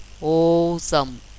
awesome